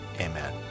Amen